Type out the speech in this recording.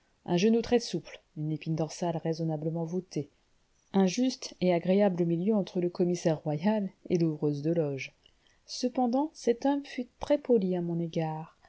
un genou très souple une épine dorsale raisonnablement voûtée un juste et agréable milieu entre le commissaire royal et l'ouvreuse de loges cependant cet homme fut très poli à mon égard